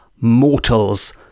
mortals